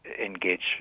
engage